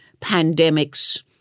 pandemics